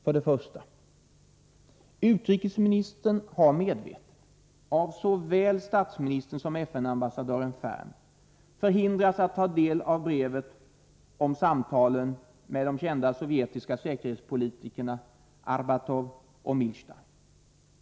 För det första: Utrikesministern har medvetet, av såväl statsministern som FN-ambassadören Ferm, förhindrats att ta del av brevet om samtalen mellan de kända sovjetiska säkerhetspolitikerna Arbatov och Milstein.